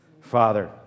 Father